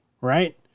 right